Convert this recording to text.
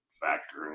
factor